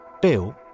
Bill